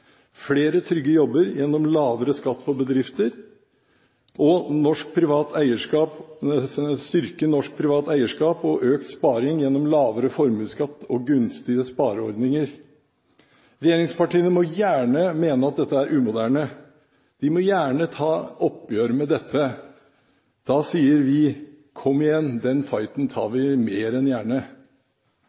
flere trygge jobber gjennom lavere skatt på bedrifter, og å styrke norsk privat eierskap og økt sparing gjennom lavere formuesskatt og gunstigere spareordninger. Regjeringspartiene må gjerne mene at dette er «umoderne». De må gjerne ta et oppgjør med det. Da sier vi: Kom igjen, den fighten tar vi mer enn gjerne!